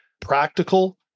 practical